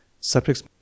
Subjects